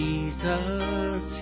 Jesus